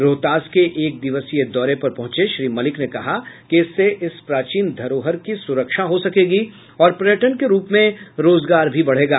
रोहतास के एक दिवसीय दौरे पर पहुंचे श्री मलिक ने कहा कि इससे इस प्राचीन धरोहर की सुरक्षा हो सकेगी और पर्यटन के रूप में रोजगार भी बढ़ेगा